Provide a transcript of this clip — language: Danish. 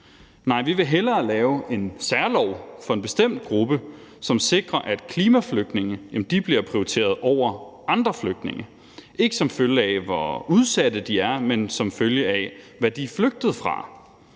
Nej, vi vil hellere lave en særlov for en bestemt gruppe, som sikrer, at klimaflygtninge bliver prioriteret over andre flygtninge – ikke som følge af hvor udsatte de er, men som følge af hvad de er flygtet fra.